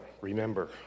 remember